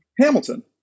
Hamilton